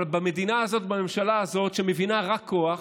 אבל במדינה הזאת, בממשלה הזאת, שמבינה רק כוח,